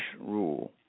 rule